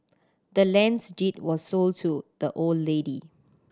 the land's deed was sold to the old lady